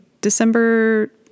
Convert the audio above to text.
December